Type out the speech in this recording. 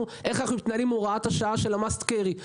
איך אנחנו מתנהלים עם הוראת השעה של ה-Must carry.